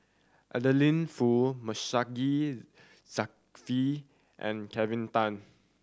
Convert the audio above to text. Adeline Foo Masagos Zulkifli and Kelvin Tan